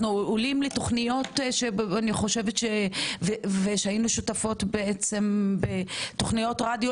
אנחנו עולים לתוכניות שאני חושבת ושהיינו שותפות בעצם בתוכניות רדיו,